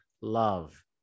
love